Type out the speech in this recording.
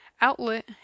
outlet